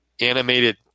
animated